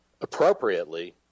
appropriately